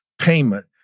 payment